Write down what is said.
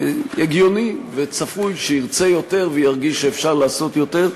הגיוני וצפוי שירצה יותר וירגיש שאפשר לעשות יותר.